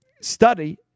study